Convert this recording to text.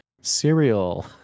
cereal